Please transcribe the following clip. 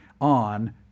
on